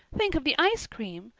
think of the ice cream!